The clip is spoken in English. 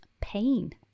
pain